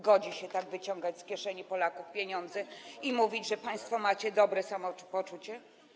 Godzi się tak wyciągać z kieszeni Polaków pieniądze i mówić, że macie państwo dobre samopoczucie?